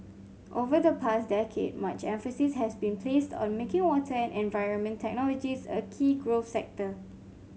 over the past decade much emphasis has been placed on making water and environment technologies a key growth sector